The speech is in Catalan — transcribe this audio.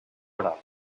oral